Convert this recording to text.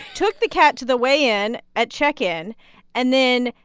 took the cat to the weigh-in at check-in and then.